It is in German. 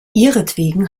ihretwegen